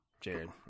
Jared